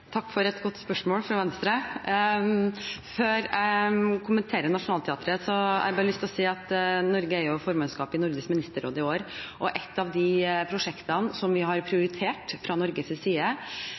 Takk for et godt spørsmål fra Venstre. Før jeg kommenterer Nationaltheatret, har jeg bare lyst til å si at Norge har formannskapet i Nordisk ministerråd i år, og et av de prosjektene vi har